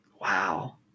Wow